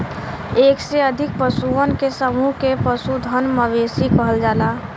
एक से अधिक पशुअन के समूह के पशुधन, मवेशी कहल जाला